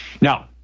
Now